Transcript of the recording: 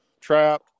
trap